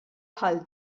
bħal